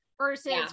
versus